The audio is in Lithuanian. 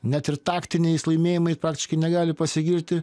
net ir taktiniais laimėjimais praktiškai negali pasigirti